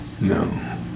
No